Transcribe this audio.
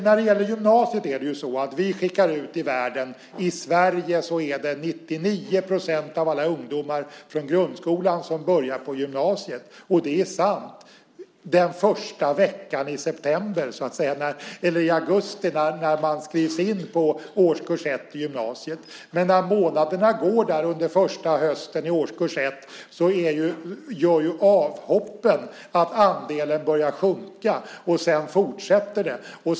När det gäller gymnasiet skickar vi ut i världen att i Sverige börjar 99 % av alla ungdomar från grundskolan på gymnasiet. Det är sant den första veckan när man skrivs in på årskurs 1 i gymnasiet. Men när månaderna går under den första hösten i årskurs 1 gör ju avhoppen att andelen sjunker.